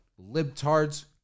libtards